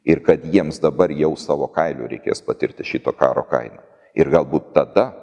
ir kad jiems dabar jau savo kailiu reikės patirti šito karo kainą ir galbūt tada